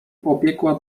pobiegła